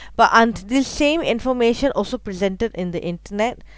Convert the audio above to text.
but aren't the same information also presented in the internet